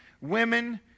women